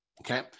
okay